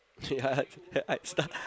yeah I stu~